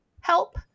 help